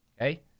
okay